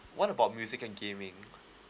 what about music and gaming